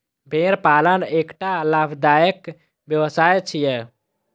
भेड़ पालन एकटा लाभदायक व्यवसाय छियै